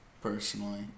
Personally